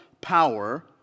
power